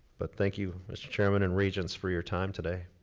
but thank you, mr. chairman and regents for your time today.